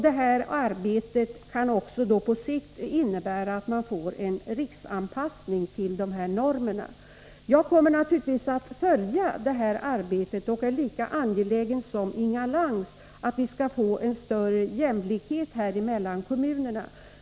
Detta arbete kan då på sikt också innebära en riksanpassning till dessa normer. Jag kommer naturligtvis att följa detta arbete och är lika angelägen som Inga Lantz om att vi skall få större jämlikhet mellan kommunerna.